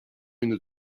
une